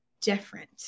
different